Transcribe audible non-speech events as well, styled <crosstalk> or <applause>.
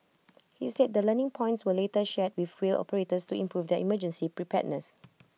he said the learning points were later shared <unintelligible> to improve their emergency preparedness